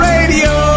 Radio